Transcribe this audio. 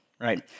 right